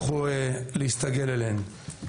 שיצטרכו להסתגל אליהן.